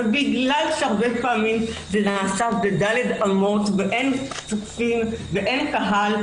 ובגלל שהרבה פעמים זה נעשה בדל"ת אמות ואין צופים ואין קהל,